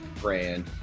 brand